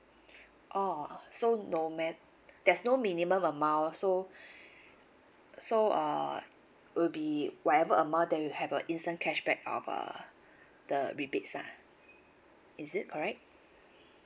oh so no mat~ there's no minimum amount so so uh will be whatever amount then you'll have a instant cashback of uh the rebates ah is it correct